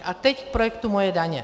A teď k projektu Moje daně.